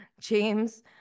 James